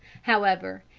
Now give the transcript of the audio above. however,